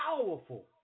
powerful